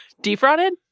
Defrauded